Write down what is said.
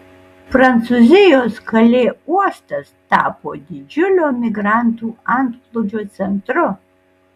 prancūzijos kalė uostas tapo didžiulio migrantų antplūdžio centru